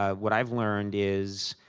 ah what i've learned is,